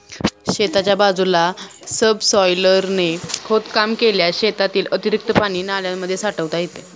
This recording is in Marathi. शेताच्या बाजूला सबसॉयलरने खोदकाम केल्यास शेतातील अतिरिक्त पाणी नाल्यांमध्ये साठवता येते